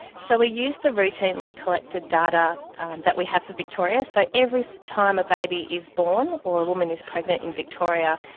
so we used the routinely collected data that we have for victoria. so every time a baby is born or a woman is pregnant in victoria,